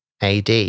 AD